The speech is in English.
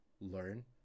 learn